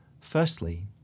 Firstly